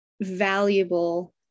valuable